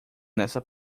nessa